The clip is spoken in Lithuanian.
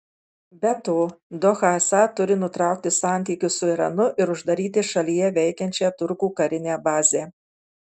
be to doha esą turi nutraukti santykius su iranu ir uždaryti šalyje veikiančią turkų karinę bazę